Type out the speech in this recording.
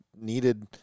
needed